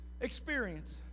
experience